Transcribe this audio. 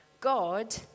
God